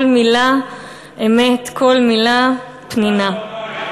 כל מילה אמת, כל מילה פנינה.